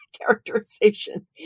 characterization